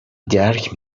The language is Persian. درک